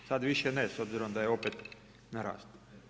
Sad više ne s obzirom da je opet narastao.